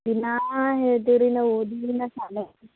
ದಿನಾ ಹೇಳ್ತೀರಿ ನಾವು